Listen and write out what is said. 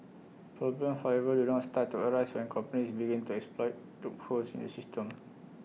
problems however do all start to arise when companies begin to exploit loopholes in the system